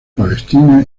palestina